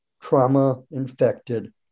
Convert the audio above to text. trauma-infected